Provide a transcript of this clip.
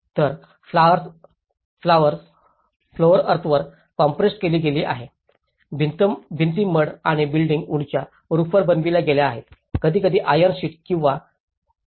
तर फ्लॉवर्स अर्थवर कॉम्प्रेसज्ड केली गेली आहेत भिंती मड किंवा बिल्डींग्स वूडनच्या रूफवर बनविल्या गेल्या आहेत कधीकधी आयर्न शीट्स किंवा छिद्रही